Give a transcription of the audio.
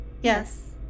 Yes